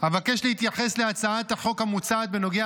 אבקש להתייחס להצעת החוק המוצעת בנוגע